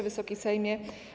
Wysoki Sejmie!